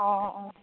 অঁ অঁ